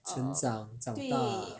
成长长大